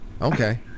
Okay